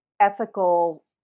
ethical